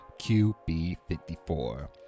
QB54